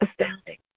astounding